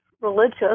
religious